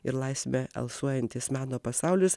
ir laisve alsuojantis meno pasaulis